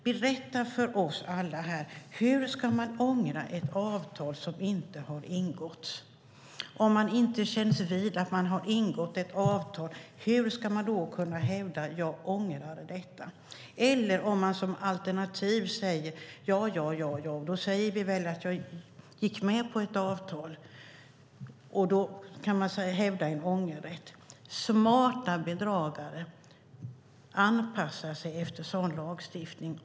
Berätta för oss alla här: Hur ska man ångra ett avtal som inte har ingåtts? Om man inte känns vid att man har ingått ett avtal, hur ska man då kunna hävda att man ångrar detta? Eller om man som alternativ säger att man tydligen hade gått med på ett avtal, kan man då hävda ångerrätt? Smarta bedragare anpassar sig efter en sådan lagstiftning.